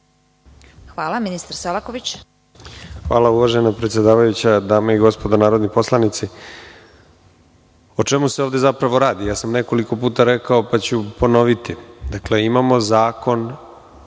**Nikola Selaković** Hvala uvažena predsedavajuća, dame i gospodo narodni poslanici, o čemu se ovde zapravo radi, nekoliko puta sam rekao, pa ću ponoviti. Dakle, imamo Zakon